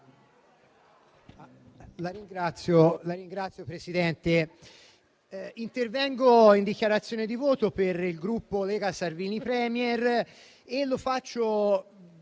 Signor Presidente, intervengo in dichiarazione di voto per il Gruppo Lega-Salvini Premier e lo faccio